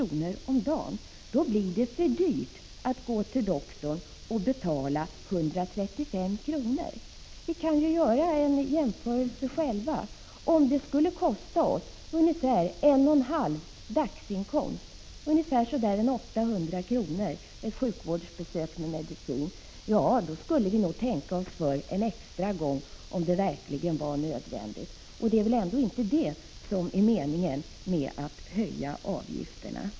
om dagen, finns det då inte risk för att det blir för dyrt att gå till doktorn och betala 135 5 kr.? Vi kan ju göra en jämförelse själva. Om det skulle kosta oss ungefär en och en halv dagsinkomst — säg 800 kr. — för ett sjukvårdsbesök med medicin, då skulle vi nog tänka oss för en extra gång, om besöket verkligen var nödvändigt. Men det är väl ändå inte detta som är meningen med att höja avgifterna.